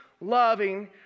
loving